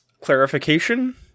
clarification